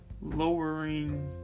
lowering